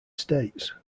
states